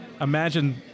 Imagine